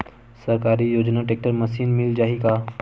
सरकारी योजना tractor machine मिल जाही का?